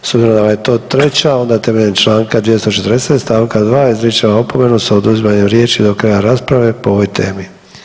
S obzirom da vam je to treća onda temeljem Članka 240. stavka 2. izričem vam opomenu s oduzimanjem riječi do kraja rasprave po ovoj temi.